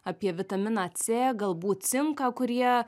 apie vitaminą c galbūt cinką kurie